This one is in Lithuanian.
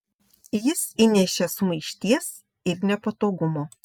jis įnešė sumaišties ir nepatogumo